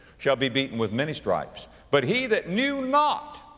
shall be beaten with many stripes. but he that knew not,